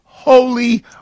Holy